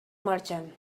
merchant